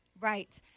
Right